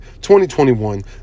2021